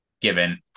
given